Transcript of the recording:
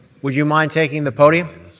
would you mind taking the podium?